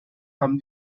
haben